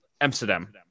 Amsterdam